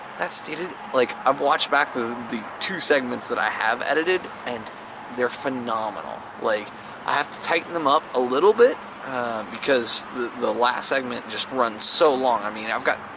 that stated, like i've watched back the two segments that i have edited and they're phenomenal. like i have to tighten them up a little bit because the the last segment just runs so long. i mean i've got